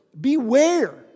beware